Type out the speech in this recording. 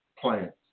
Plants